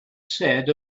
said